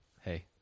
Hey